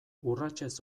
urratsez